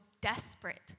desperate